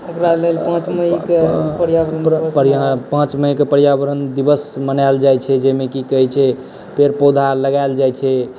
एकरा लेल पाँच मइकेँ पर्यावरण दिवस मनायल जाइत छै जाहिमे की कहैत छै पेड़ पौधा लगायल जाइत छै